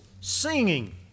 singing